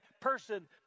person